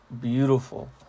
beautiful